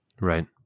Right